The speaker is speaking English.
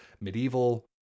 medieval